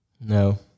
No